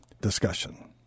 Discussion